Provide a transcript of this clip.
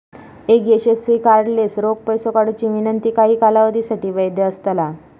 एक यशस्वी कार्डलेस रोख पैसो काढुची विनंती काही कालावधीसाठी वैध असतला